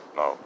no